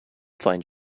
find